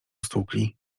stłukli